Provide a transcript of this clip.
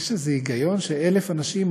יש איזה היגיון ש-1,000 אנשים,